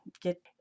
get